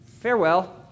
farewell